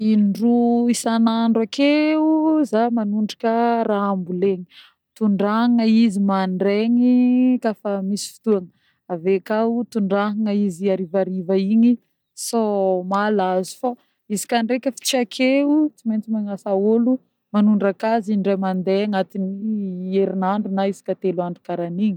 In-droa isanandro akeo zah manondraka raha ambolena: tondrahagna izy mandreny koà fa misy fotoagna avy akao tondrahagna izy harivariva igny sô malazo fô izy koà ndreky efa tsy akeo tsy mentsy magnasa ôlo manondrak'azy in-dre mandeha agnatiny herinandro na isaka telo andro karan'igny.